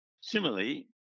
Similarly